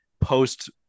post